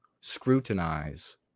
scrutinize